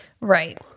Right